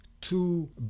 two